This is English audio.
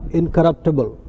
incorruptible